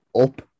up